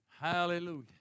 Hallelujah